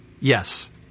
Yes